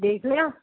ਦੇਖ ਲਿਆ